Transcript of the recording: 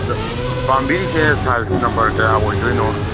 ꯑꯗ ꯄꯥꯝꯕꯤꯔꯤꯁꯦ size number ꯀꯌꯥ ꯑꯣꯏꯗꯣꯏꯅꯣ